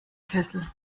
kessel